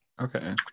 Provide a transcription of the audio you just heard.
okay